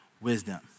wisdom